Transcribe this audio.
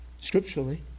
scripturally